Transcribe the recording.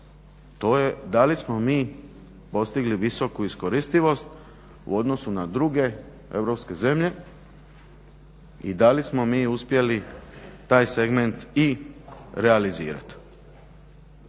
to je da li smo mi postigli visoku iskoristivost u odnosu na druge europske zemlje i da li smo mi uspjeli taj segment i realizirati.